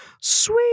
Sweet